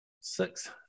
Six